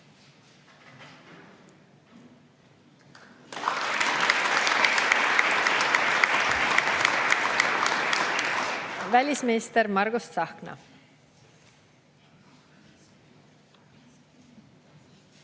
Välisminister Margus Tsahkna.